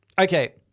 Okay